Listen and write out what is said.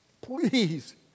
Please